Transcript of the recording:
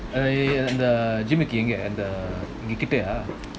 uh the அந்த:andha gym எங்ககிட்டயா:engakitaya